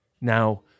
Now